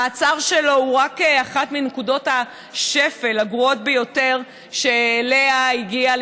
המעצר שלו הוא רק אחת מנקודות השפל הגרועות ביותר שאליה הגיעה,